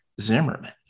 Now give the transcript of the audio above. Zimmerman